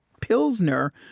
Pilsner